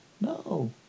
No